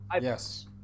Yes